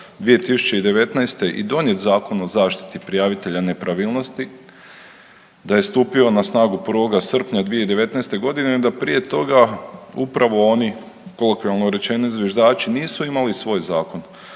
2019. i donijet Zakon o zaštiti prijavitelja nepravilnosti, da je stupio na snagu 1. srpnja 2019.g., a da prije toga upravo oni kolokvijalno rečeno zviždači nisu imali svoj zakon.